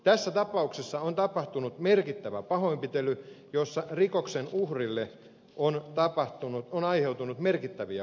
tässä tapauksessa on tapahtunut merkittävä pahoinpitely jossa rikoksen uhrille on aiheutunut merkittäviä vammoja